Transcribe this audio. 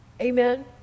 Amen